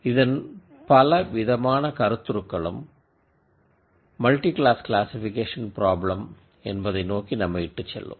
இதன் பல விதமான கருத்துருக்களும் மல்டி கிளாஸ் க்ளாசிக்பிகேஷன் பிராப்ளம் என்பதை நோக்கி நம்மை இட்டு செல்லும்